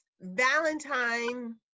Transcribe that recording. Valentine